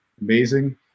amazing